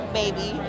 baby